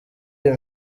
iyi